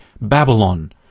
Babylon